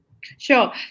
Sure